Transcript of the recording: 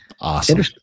Awesome